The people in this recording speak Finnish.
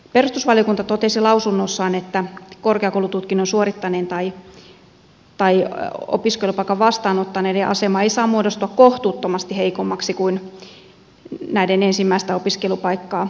perustuslakivaliokunta totesi lausunnossaan että korkeakoulututkinnon suorittaneiden tai opiskelupaikan vastaanottaneiden asema ei saa muodostua kohtuuttomasti heikommaksi kuin näiden ensimmäistä opiskelupaikkaa hakevien